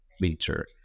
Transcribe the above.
winter